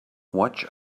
watch